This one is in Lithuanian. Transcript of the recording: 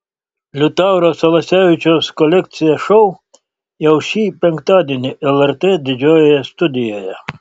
liutauro salasevičiaus kolekcija šou jau šį penktadienį lrt didžiojoje studijoje